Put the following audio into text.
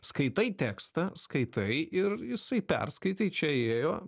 skaitai tekstą skaitai ir jisai perskaitai čia įėjo